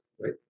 right